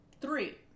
three